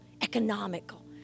economical